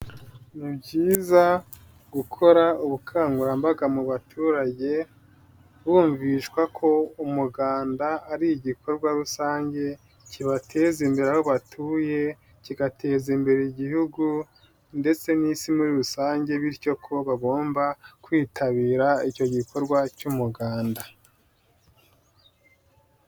Ni byiza gukora ubukangurambaga mu baturage, bumvishwa ko umuganda ari igikorwa rusange kibateza imbere aho batuye, kigateza imbere igihugu ndetse n'isi muri rusange bityo ko bagomba kwitabira icyo gikorwa cy'umuganda.